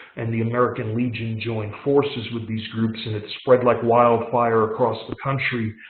and the american legion joined forces with these groups and it spread like wildfire across the country.